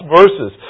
verses